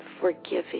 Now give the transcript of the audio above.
forgiving